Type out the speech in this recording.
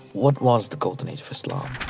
what was the golden age of islam?